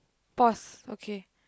pause okay